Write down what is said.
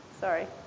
sorry